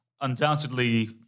undoubtedly